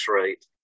rate